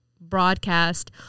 broadcast